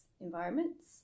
environments